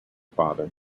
father